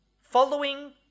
following